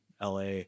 la